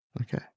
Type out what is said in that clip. Okay